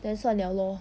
then 算了 lor